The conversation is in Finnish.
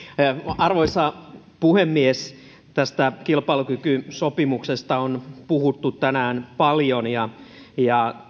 arvoisa puhemies tästä kilpailukykysopimuksesta on puhuttu tänään paljon ja ja